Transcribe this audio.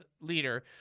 leader